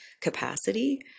capacity